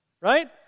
Right